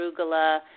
arugula